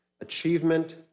achievement